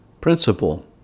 Principle